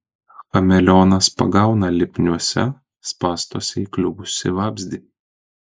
chameleonas pagauna lipniuose spąstuose įkliuvusį vabzdį